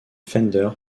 fender